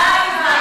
את יודעת מה,